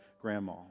grandma